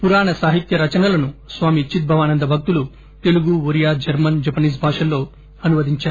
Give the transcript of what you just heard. పురాణ సాహిత్య రచనలను స్వామి చిద్ భవానంద భక్తులు తెలుగు ఒరియా జర్మన్ జపనీస్ భాషల్లో అనువదించారు